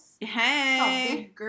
Hey